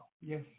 Yes